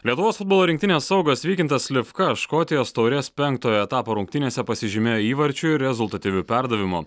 lietuvos futbolo rinktinės saugas vykintas slivka škotijos taurės penktojo etapo rungtynėse pasižymėjo įvarčiu ir rezultatyviu perdavimu